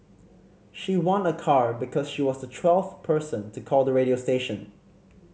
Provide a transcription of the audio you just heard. she won a car because she was the twelfth person to call the radio station